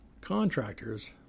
Contractors